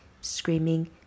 screaming